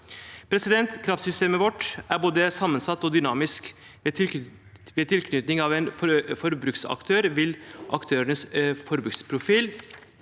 Kraftsystemet vårt er både sammensatt og dynamisk. Ved tilknytning av en forbruksaktør vil aktørenes forbruksprofil